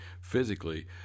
physically